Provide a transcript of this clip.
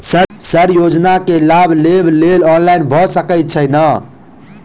Sir योजना केँ लाभ लेबऽ लेल ऑनलाइन भऽ सकै छै नै?